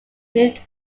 moved